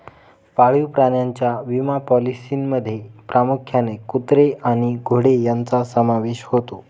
पाळीव प्राण्यांच्या विमा पॉलिसींमध्ये प्रामुख्याने कुत्रे आणि घोडे यांचा समावेश होतो